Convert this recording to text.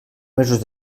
mesos